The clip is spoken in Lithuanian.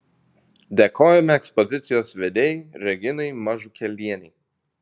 dėkojame ekspozicijos vedėjai reginai mažukėlienei